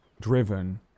driven